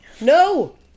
No